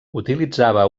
utilitzava